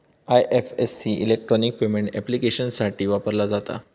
IFSC electronic payment ऍप्लिकेशन्ससाठी वापरला जाता